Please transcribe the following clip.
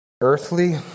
Earthly